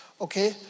okay